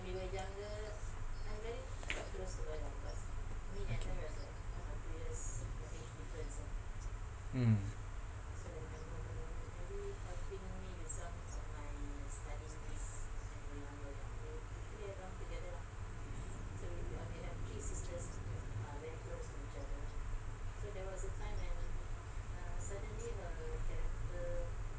mm